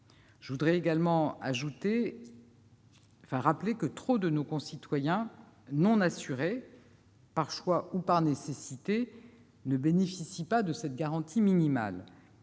Je veux également rappeler que trop de nos concitoyens non assurés, par choix ou par nécessité, ne bénéficient pas de cette garantie minimale.